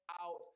out